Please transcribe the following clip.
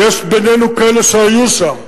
ויש בינינו כאלה שהיו שם.